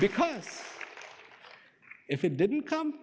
because if it didn't come